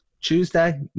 Tuesday